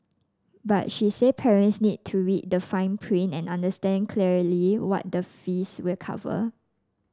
but she said parents need to read the fine print and understand clearly what the fees will cover